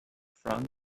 front